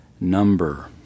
number